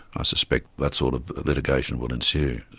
ah suspect that sort of litigation will ensue.